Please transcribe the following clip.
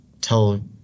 tell